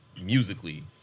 musically